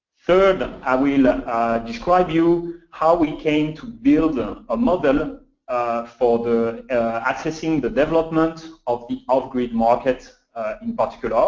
third, i will describe for you how we came to build a ah model um for the assessing the development of the off-grid market in particular.